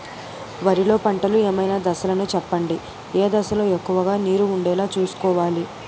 వరిలో పంటలు ఏమైన దశ లను చెప్పండి? ఏ దశ లొ ఎక్కువుగా నీరు వుండేలా చుస్కోవలి?